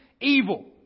evil